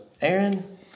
Aaron